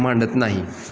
मांडत नाही